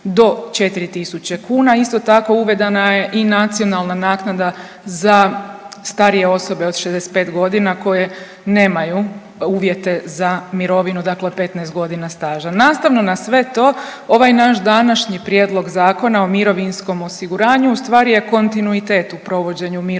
do 4 tisuće kuna. Isto tako, uvedena je i nacionalna naknada za starije osobe od 65 godine koje nemaju uvjete za mirovinu, dakle 15 godina staža. Nastavno na sve to, ovaj naš današnji Prijedlog Zakona o mirovinskom osiguranju ustvari je kontinuitet u provođenju mirovinske